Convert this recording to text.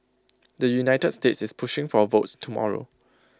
the united states is pushing for A vote tomorrow